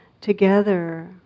together